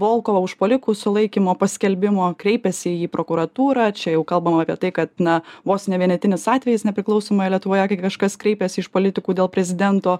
volkovo užpuolikų sulaikymo paskelbimo kreipėsi į prokuratūrą čia jau kalbama apie tai kad na vos ne vienetinis atvejis nepriklausomoj lietuvoje kai kažkas kreipiasi iš politikų dėl prezidento